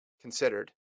considered